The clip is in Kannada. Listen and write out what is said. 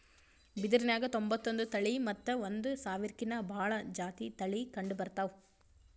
ಬಿದಿರ್ನ್ಯಾಗ್ ತೊಂಬತ್ತೊಂದು ತಳಿ ಮತ್ತ್ ಒಂದ್ ಸಾವಿರ್ಕಿನ್ನಾ ಭಾಳ್ ಜಾತಿ ತಳಿ ಕಂಡಬರ್ತವ್